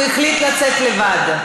הוא החליט לצאת לבד.